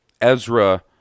Ezra